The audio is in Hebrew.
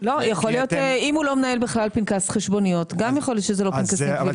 אם הוא לא מנהל בכלל פנקס חשבוניות גם יכול להיות שזה לא פנקסים קבילים.